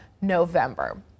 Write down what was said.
November